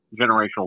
generational